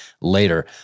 later